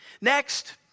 Next